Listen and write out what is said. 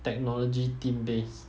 technology theme based